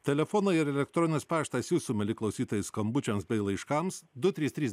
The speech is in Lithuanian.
telefonai ir elektroninis paštas jūsų mieli klausytojai skambučiams bei laiškams du trys trys